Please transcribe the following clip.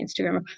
Instagram